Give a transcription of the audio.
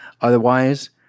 Otherwise